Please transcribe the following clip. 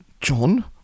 John